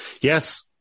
yes